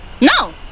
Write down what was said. no